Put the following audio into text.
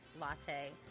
latte